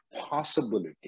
possibility